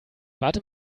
warte